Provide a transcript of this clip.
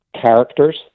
characters